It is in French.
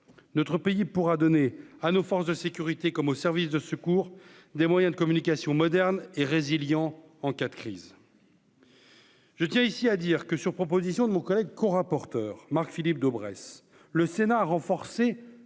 notre pays pourra donner à nos forces de sécurité comme aux services de secours, des moyens de communication modernes est résiliant en cas de crise. Je tiens ici à dire que sur proposition de mon collègue co-rapporteurs Marc-Philippe Daubresse, le Sénat a renforcé